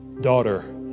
daughter